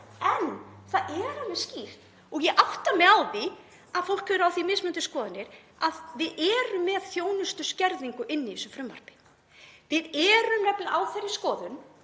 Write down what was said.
En það er alveg skýrt, og ég átta mig á því að fólk hefur á því mismunandi skoðanir, að við erum með þjónustuskerðingu inni í þessu frumvarpi. Við erum nefnilega á þeirri skoðun